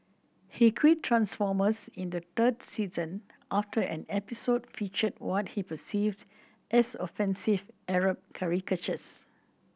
he quit Transformers in the third season after an episode featured what he perceived as offensive Arab caricatures